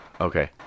Okay